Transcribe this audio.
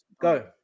go